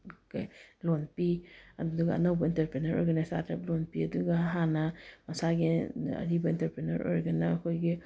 ꯂꯣꯟ ꯄꯤ ꯑꯗꯨꯒ ꯑꯅꯧꯕ ꯑꯦꯟꯇꯔꯄ꯭ꯔꯦꯅꯔ ꯑꯣꯏꯔꯒꯅ ꯏꯁꯇꯥꯠꯇꯔ ꯂꯣꯟ ꯄꯤ ꯑꯗꯨꯒ ꯍꯥꯟꯅ ꯃꯁꯥꯒꯤ ꯑꯔꯤꯕ ꯑꯦꯟꯇꯔꯄ꯭ꯔꯦꯅꯔ ꯑꯣꯏꯔꯒꯅ ꯑꯩꯈꯣꯏꯒꯤ